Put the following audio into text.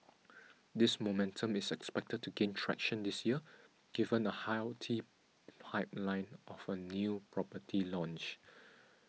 this momentum is expected to gain traction this year given a healthy pipeline of a new property launch